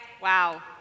Wow